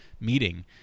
meeting